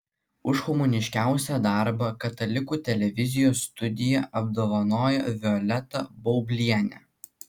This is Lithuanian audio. už humaniškiausią darbą katalikų televizijos studija apdovanojo violetą baublienę